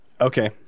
Okay